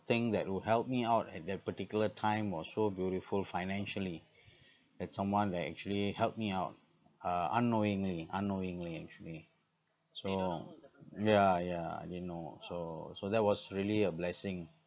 thing that would help me out at that particular time was so beautiful financially that someone that actually helped me out uh unknowingly unknowingly actually so yeah yeah you know so so that was really a blessing